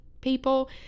people